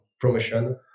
promotion